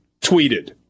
tweeted